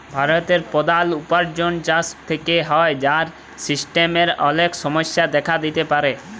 ভারতের প্রধাল উপার্জন চাষ থেক্যে হ্যয়, যার সিস্টেমের অলেক সমস্যা দেখা দিতে পারে